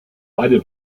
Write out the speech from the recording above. beide